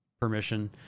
permission